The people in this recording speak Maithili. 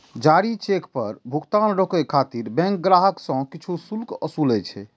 जारी चेक पर भुगतान रोकै खातिर बैंक ग्राहक सं किछु शुल्क ओसूलै छै